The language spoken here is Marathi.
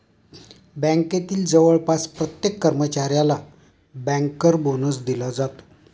बँकेतील जवळपास प्रत्येक कर्मचाऱ्याला बँकर बोनस दिला जातो